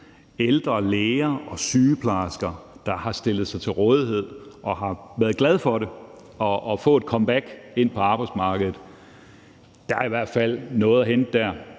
ældre læger og sygeplejersker der stillede sig til rådighed, og som var glade for at få et comeback på arbejdsmarkedet. Der er i hvert fald noget at hente der,